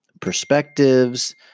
perspectives